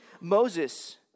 Moses